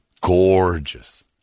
gorgeous